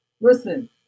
Listen